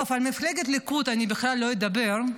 טוב, על מפלגת הליכוד אני בכלל לא אדבר,